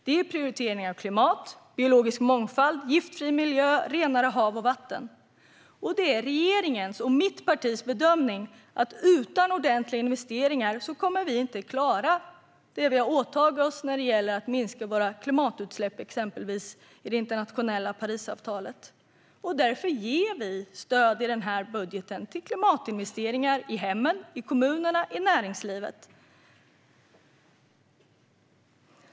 Det är prioriteringar av klimat, biologisk mångfald, giftfri miljö och renare hav och vatten. Det är regeringens och mitt partis bedömning att utan ordentliga investeringar kommer vi inte att klara det vi har åtagit oss när det gäller att minska våra klimatutsläpp, exempelvis i det internationella Parisavtalet. Därför ger vi stöd i denna budget till klimatinvesteringar i hemmen, i kommunerna och i näringslivet.